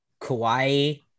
Kawaii